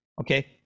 okay